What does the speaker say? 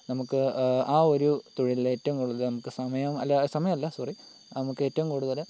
നമുക്ക് ആ ഒരു തൊഴിലിൽ ഏറ്റവും കൂടുതൽ നമുക്ക് സമയം അല്ല സമയം അല്ല സോറി നമുക്ക് ഏറ്റവും കൂടുതൽ